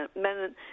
men